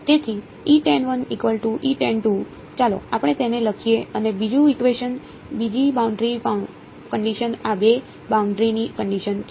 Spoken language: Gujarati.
તેથી ચાલો આપણે તેને લખીએ અને બીજું ઇકવેશન બીજી બાઉન્ડરી કંડિશન આ બે બાઉન્ડરી ની કંડિશન છે